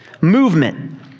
movement